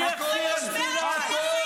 מי החזיר את סיני?